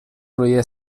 روی